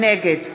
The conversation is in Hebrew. נגד